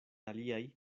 aliaj